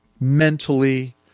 mentally